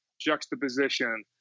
juxtaposition